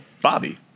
Bobby